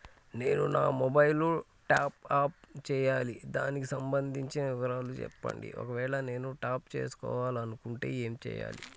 నేను నా mobile top up చేయాలి దానికి సంబంధించిన వివరాలు చెప్పండి ఒకవేళ నేను టాప్ చేసుకోవాలనుకుంటే ఏం చేయాలి?